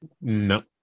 No